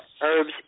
herbs